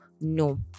no